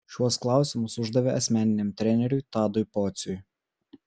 šiuos klausimus uždavė asmeniniam treneriui tadui pociui